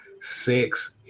six